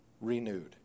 renewed